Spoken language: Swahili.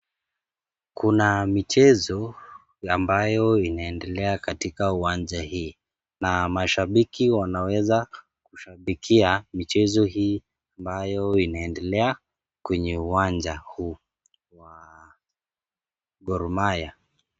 Kuna michezo ambayo inaendelea katika uwanja hii. Na mashabiki wanaweza kushabikia michezo hii ambayo inaendelea kwenye uwanja huu wa Gor Mahia.